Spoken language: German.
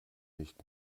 nicht